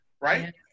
right